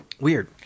weird